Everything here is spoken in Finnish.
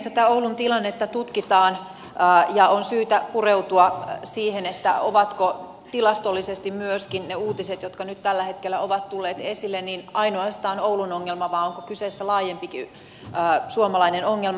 tätä oulun tilannetta tutkitaan ja on syytä pureutua siihen ovatko tilastollisesti myöskin ne uutiset jotka nyt tällä hetkellä ovat tulleet esille ainoastaan oulun ongelma vai onko kyseessä laajempikin suomalainen ongelma